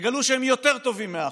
תגלו שהם יותר טובים מהאחרים.